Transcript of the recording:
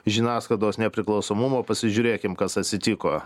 žiniasklaidos nepriklausomumo pasižiūrėkim kas atsitiko